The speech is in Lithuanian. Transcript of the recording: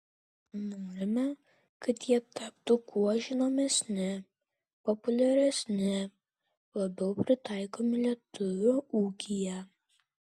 norime kad jie taptų kuo žinomesni populiaresni labiau pritaikomi lietuvio ūkyje